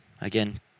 again